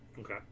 okay